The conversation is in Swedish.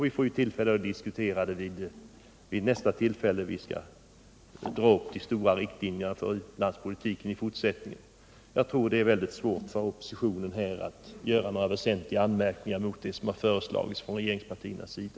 Vi får tillfälle att diskutera detta då vi skall dra upp de stora riktlinjerna för u-landspolitiken i fortsättningen. Jag tror att det är mycket svårt för oppositionen att göra några väsentliga anmärkningar mot det som föreslagits från regeringspartiernas sida.